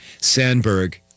Sandberg